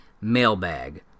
Mailbag